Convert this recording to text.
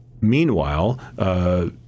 Meanwhile